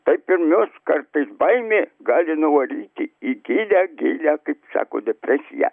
taip ir mus kartais baimė gali nuvaryti į gilią gilią taip sako depresiją